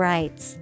Rights